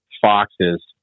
Foxes